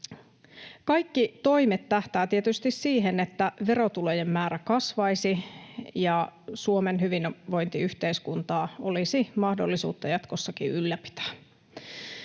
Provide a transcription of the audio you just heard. Kaikki toimet tähtäävät tietysti siihen, että verotulojen määrä kasvaisi ja Suomen hyvinvointiyhteiskuntaa olisi mahdollisuutta jatkossakin ylläpitää.